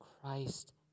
Christ